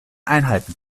einhalten